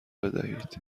بدهید